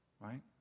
right